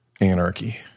anarchy